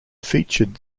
featured